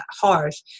harsh